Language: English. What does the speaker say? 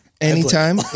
anytime